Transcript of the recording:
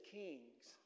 kings